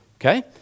Okay